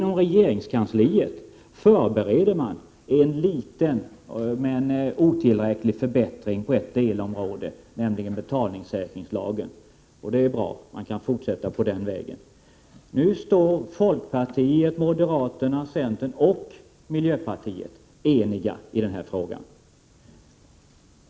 Inom regeringskansliet förbereder man en liten, otillräcklig förbättring 23 november 1988 på ett delområde, nämligen betalningssäkringslagen. Det är bra mankan I - gärna fortsätta på den vägen. Nu står folkpartiet, moderaterna, centern och miljöpartiet eniga i denna fråga.